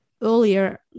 earlier